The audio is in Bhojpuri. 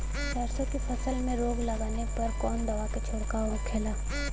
सरसों की फसल में रोग लगने पर कौन दवा के छिड़काव होखेला?